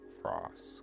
frost